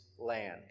land